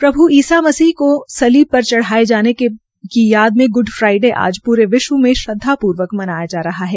प्रभ् ईसा मसीह को सलीब पर चढ़ाये जाने की याद मे ग्ड फ्राईडे आज पूरे विश्व में श्रद्वापूर्वक मनाया जा रहा है